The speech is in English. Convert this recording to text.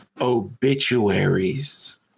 Obituaries